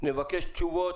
נבקש תשובות,